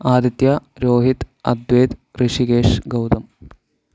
Aditya Rohit Advait Rishikesh Gautam